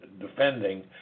defending